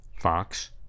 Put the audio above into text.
Fox